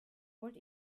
wollt